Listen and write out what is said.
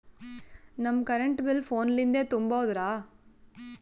ನಮ್ current bill ಫೋನ ಲಿಂದೇ ತುಂಬೌದ್ರಾ?